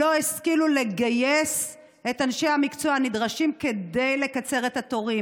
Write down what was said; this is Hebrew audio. לא השכילו לגייס את אנשי המקצוע הנדרשים כדי לקצר את התורים.